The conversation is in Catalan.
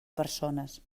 persones